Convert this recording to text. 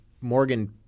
Morgan